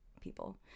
people